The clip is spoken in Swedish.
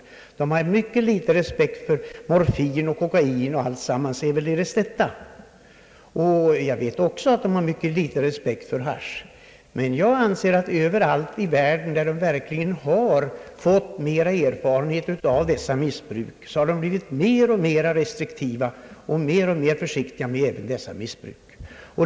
Man har där en mycket liten respekt för morfin, kokain och andra narkotika; jag vet också att man har mycket liten respekt för hasch. Men jag anser att överallt i världen där man har fått ökad erfarenhet av dessa missbruk har man blivit mer och mer restriktiv och mer och mer försiktig.